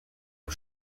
aux